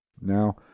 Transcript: Now